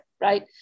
right